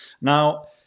Now